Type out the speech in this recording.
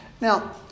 Now